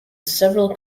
several